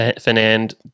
Fernand